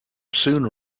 sooner